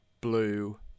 blue